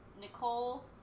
Nicole